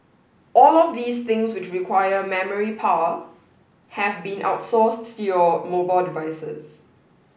all of these things which requires memory power have been outsourced to your mobile devices